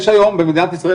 יש היום במדינת ישראל,